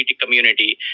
community